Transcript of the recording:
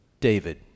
David